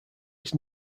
its